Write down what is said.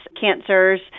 cancers